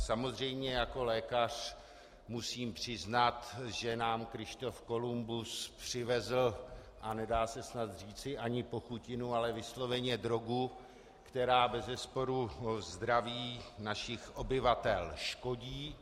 Samozřejmě jako lékař musím přiznat, že nám Kryštof Kolumbus přivezl, a nedá se snad říci ani pochutinu, ale vysloveně drogu, která bezesporu zdraví našich obyvatel škodí.